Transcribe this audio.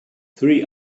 three